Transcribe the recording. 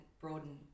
broaden